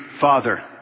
father